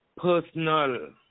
personal